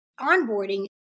Onboarding